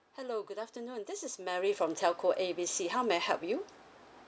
hello good afternoon this is mary from telco A B C how may I help you